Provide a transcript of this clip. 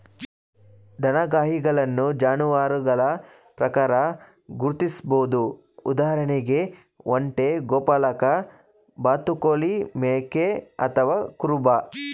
ದನಗಾಹಿಗಳನ್ನು ಜಾನುವಾರುಗಳ ಪ್ರಕಾರ ಗುರ್ತಿಸ್ಬೋದು ಉದಾಹರಣೆಗೆ ಒಂಟೆ ಗೋಪಾಲಕ ಬಾತುಕೋಳಿ ಮೇಕೆ ಅಥವಾ ಕುರುಬ